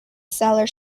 cellar